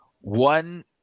One –